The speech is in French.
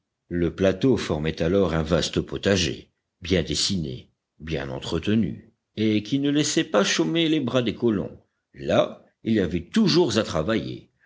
le plateau formait alors un vaste potager bien dessiné bien entretenu et qui ne laissait pas chômer les bras des colons là il y avait toujours à travailler